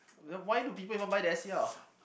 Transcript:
then why do people even buy the S_E_R